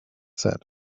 said